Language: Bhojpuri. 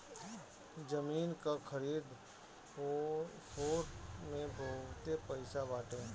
जमीन कअ खरीद फोक्त में बहुते पईसा बाटे